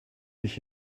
nicht